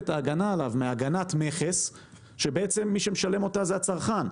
הגנת מכס שמי שמשלם אותה זה הצרכן.